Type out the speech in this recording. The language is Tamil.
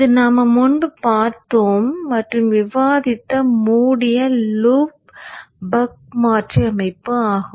இது நாம் முன்பு பார்த்தோம் மற்றும் விவாதித்த மூடிய லூப் பக் மாற்றி அமைப்பு ஆகும்